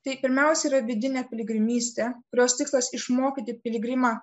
tai pirmiausia yra vidinė piligrimystė kurios tikslas išmokyti piligrimą